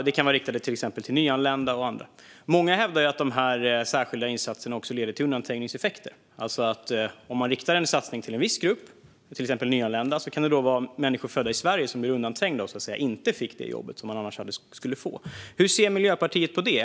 De kan vara riktade till exempel till nyanlända och andra. Många hävdar att de särskilda insatserna leder till undanträngningseffekter. Om man riktar en satsning till en viss grupp, till exempel nyanlända, kan det vara människor födda i Sverige som blir undanträngda och som inte får det jobb som de annars skulle få. Hur ser Miljöpartiet på det?